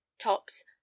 tops